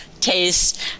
taste